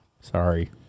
Sorry